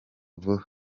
vuba